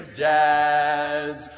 jazz